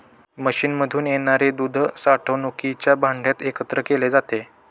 मशीनमधून येणारे दूध साठवणुकीच्या भांड्यात एकत्र केले जाते